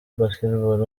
basketball